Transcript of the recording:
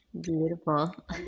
Beautiful